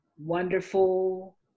wonderful